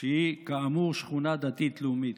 שהיא כאמור שכונה דתית-לאומית.